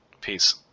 Peace